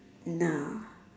no